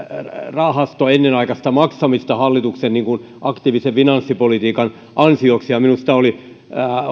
rahaston ennenaikaista maksamista hallituksen aktiivisen finanssipolitiikan ansioksi minusta oli